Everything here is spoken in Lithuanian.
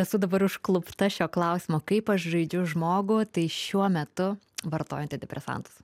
esu dabar užklupta šio klausimo kaip aš žaidžiu žmogų tai šiuo metu vartoju antidepresantus